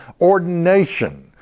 Ordination